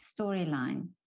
storyline